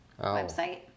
website